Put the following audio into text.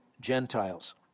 Gentiles